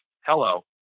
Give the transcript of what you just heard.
hello